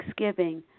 thanksgiving